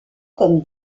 comme